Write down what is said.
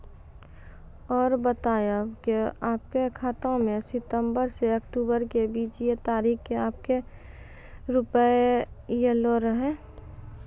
और बतायब के आपके खाते मे सितंबर से अक्टूबर के बीज ये तारीख के आपके के रुपिया येलो रहे?